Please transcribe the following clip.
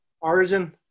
Origin